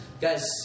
Guys